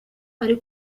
ari